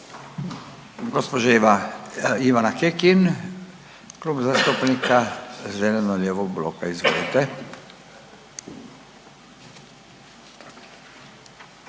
Gospođa Iva, Ivana Kekin, Klub zastupnika zeleno-lijevog bloka. Izvolite.